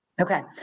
Okay